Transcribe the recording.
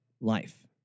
life